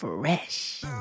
Fresh